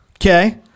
Okay